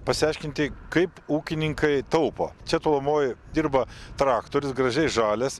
pasiaiškinti kaip ūkininkai taupo čia tolumoj dirba traktorius gražiai žalias